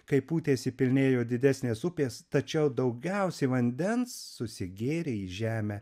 kaip pūtėsi pilnėjo didesnės upės tačiau daugiausiai vandens susigėrė į žemę